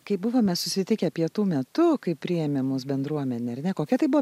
kai buvome susitikę pietų metu kaip priėmė mūsų bendruomenė ar ne kokia tai buvo